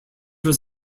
was